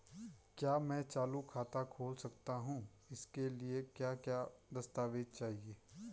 क्या मैं चालू खाता खोल सकता हूँ इसके लिए क्या क्या दस्तावेज़ चाहिए?